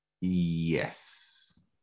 yes